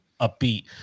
upbeat